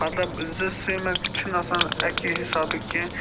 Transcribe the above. مَطلَب زٕ سِوِمَر چھِنہٕ آسان اَکے حِسابٕکۍ کینٛہہ